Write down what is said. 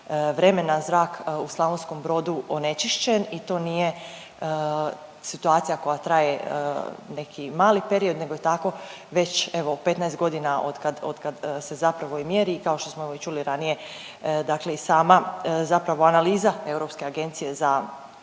vremena zrak u Slavonskom Brodu onečišćen i to nije situacija koja traje neki mali period nego tako već evo 15.g. otkad, otkad se zapravo i mjeri i kao što smo evo i čuli ranije dakle i sama zapravo analiza Europske agencije za,